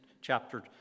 chapter